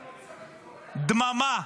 דממה.